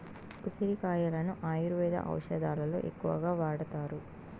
ఉసిరి కాయలను ఆయుర్వేద ఔషదాలలో ఎక్కువగా వాడతారు